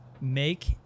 make